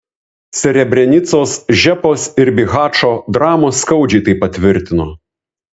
srebrenicos žepos ir bihačo dramos skaudžiai tai patvirtino